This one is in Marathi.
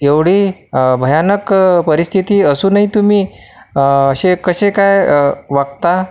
एवढी भयानक परिस्थिती असूनही तुम्ही असे कसे काय वागता